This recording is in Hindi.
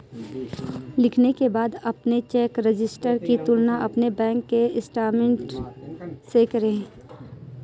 लिखने के बाद अपने चेक रजिस्टर की तुलना अपने बैंक स्टेटमेंट से करें